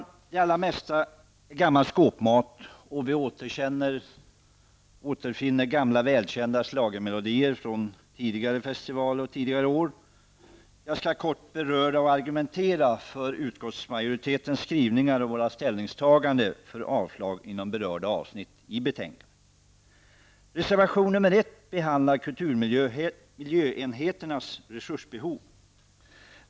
Det allra mesta är gammal skåpmat, och vi återfinner gamla välkända schlagermelodier från tidigare festivaler och år. Jag skall kort beröra och argumentera för utskottsmajoritetens skrivningar och våra ställningstaganden för avslag inom berörda avsnitt i betänkandet. Reservation nr 1 behandlar kulturmiljöenheternas resursbehov.